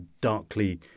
darkly